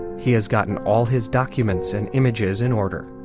he has gotten all his documents and images in order.